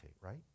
right